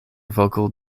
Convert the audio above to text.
vocal